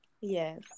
Yes